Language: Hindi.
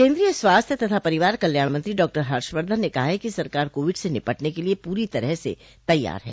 केन्द्रीय स्वास्थ्य तथा परिवार कल्याण मंत्री डॉक्टर हर्षवर्धन ने कहा है कि सरकार कोविड से निपटने के लिए पूरी तरह से तैयार है